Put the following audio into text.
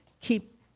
keep